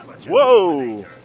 Whoa